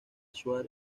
shaw